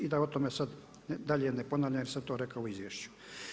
I da o tome sada dalje ne ponavljam jer sam to rekao u izvješću.